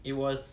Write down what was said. it was